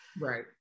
right